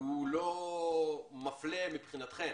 לא מפלה מבחינתכם?